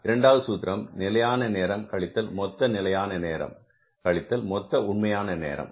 இரண்டாவது சூத்திரம் நிலையான நேரம் கழித்தல் மொத்த நிலையான நேரம் கழித்தல் மொத்த உண்மையான நேரம்